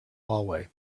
hallway